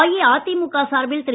அஇஅதிமுக சார்பில் திரு